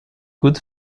good